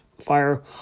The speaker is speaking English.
fire